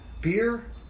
Beer